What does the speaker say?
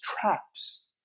traps